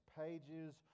pages